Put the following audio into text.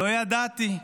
לא ידעתי.